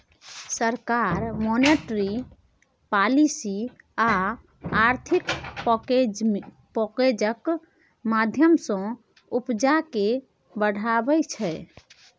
सरकार monetary policy आ आर्थिक पैकैजक माध्यमँ सँ उपजा केँ बढ़ाबै छै